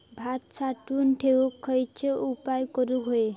भात साठवून ठेवूक खयचे उपाय करूक व्हये?